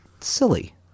silly